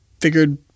figured